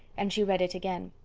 and she read it again.